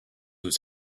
his